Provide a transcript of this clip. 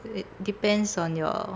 it depends on your